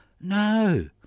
No